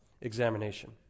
examination